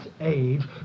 age